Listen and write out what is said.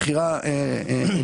לגבי מכירה למוסדיים.